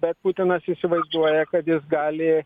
bet putinas įsivaizduoja kad jis gali